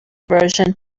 version